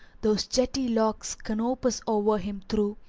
those jetty locks canopus o'er him threw,